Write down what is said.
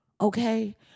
okay